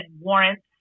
warrants